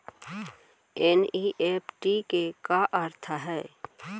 NEFT के का अर्थ है?